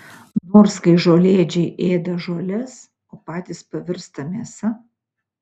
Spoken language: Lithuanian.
nors kai žolėdžiai ėda žoles o patys pavirsta mėsa